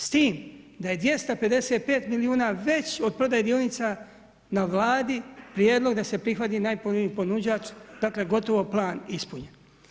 S tim da je 255 milijuna već od prodaje dionica na vladi, prijedlog da se prihvati … ponuđač, dakle, gotovo plan ispunjen.